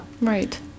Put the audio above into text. right